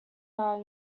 are